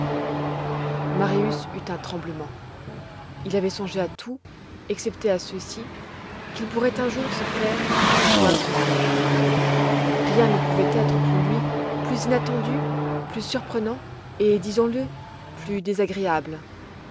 marius eut un tremblement il avait songé à tout excepté à ceci qu'il pourrait un jour se faire qu'il eût à voir son père rien ne pouvait être pour lui plus inattendu plus surprenant et disons-le plus désagréable